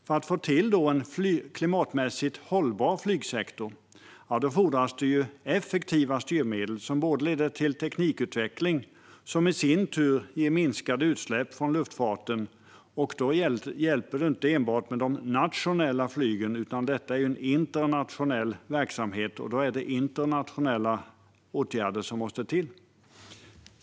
För att få till en klimatmässigt hållbar flygsektor fordras effektiva styrmedel som leder till teknikutveckling, som i sin tur ger minskade utsläpp från luftfarten. Det hjälper då inte med enbart det nationella flyget - detta är en internationell verksamhet, och då är det internationella åtgärder som måste till.